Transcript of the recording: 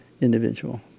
individual